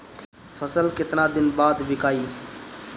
फसल केतना दिन बाद विकाई?